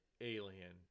alien